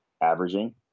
averaging